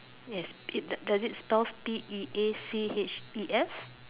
yes it does does it spell P E A C H E S